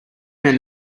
men